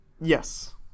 Yes